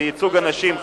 הוא ייצוג הנשים,